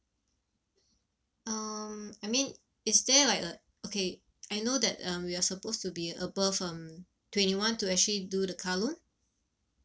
um I mean is there like a okay I know that um we are supposed to be above um twenty one to actually do the car loan